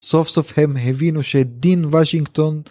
סוף סוף הם הבינו שדין וושינגטון